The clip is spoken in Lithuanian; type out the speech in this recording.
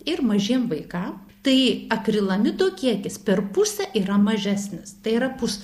ir mažiem vaikam tai akrilamido kiekis per pusę yra mažesnis tai yra pus